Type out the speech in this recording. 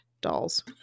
dolls